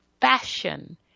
fashion